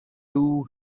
two